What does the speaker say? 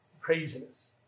craziness